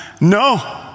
no